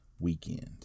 weekend